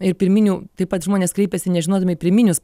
ir pirminių taip pat žmonės kreipiasi nežinodami pirminius